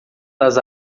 das